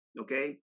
okay